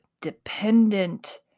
dependent